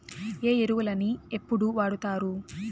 ఏ ఎరువులని ఎప్పుడు వాడుతారు?